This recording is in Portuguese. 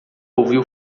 ouviu